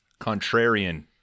contrarian